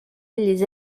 les